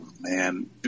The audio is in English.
man